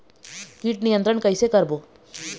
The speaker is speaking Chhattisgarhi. कीट नियंत्रण कइसे करबो?